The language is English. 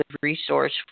resource